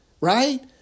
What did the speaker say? right